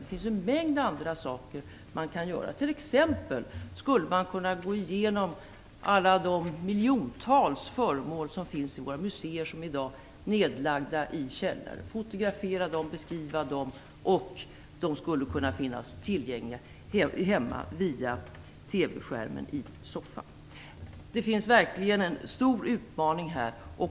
Det finns en mängd andra saker som man kan göra. Man skulle t.ex. kunna gå igenom alla de miljontals föremål som i dag finns nedlagda i källarna på våra museer. Man skulle kunna fotografera och beskriva dem, och de skulle kunna finnas tillgängliga hemma via TV-skärmen i vardagsrummet. Det finns verkligen en stor utmaning.